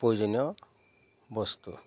প্ৰয়োজনীয় বস্তু